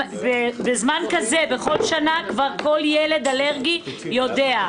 בזמן כזה בכל שנה כבר כל ילד אלרגי יודע.